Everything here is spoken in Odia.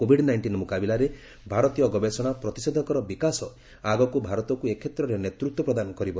କୋଭିଡ୍ ନାଇଷ୍ଟିନ୍ ମୁକାବିଲାରେ ଭାରତୀୟ ଗବେଷଣା ପ୍ରତିଷେଧକର ବିକାଶ ଆଗକୁ ଭାରତକୁ ଏ ଷେତ୍ରରେ ନେତୃତ୍ୱ ପ୍ରଦାନ କରିବ